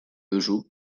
duzu